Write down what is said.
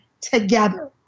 together